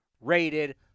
rated